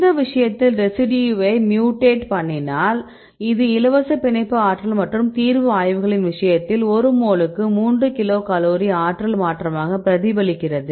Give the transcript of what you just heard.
இந்த விஷயத்தில் ரெசிடியூவை மியூடேட் பண்ணினால் இது இலவச பிணைப்பு ஆற்றல் மற்றும் தீர்வு ஆய்வுகளின் விஷயத்தில் ஒரு மோலுக்கு 3 கிலோகலோரி ஆற்றல் மாற்றமாக பிரதிபலிக்கிறது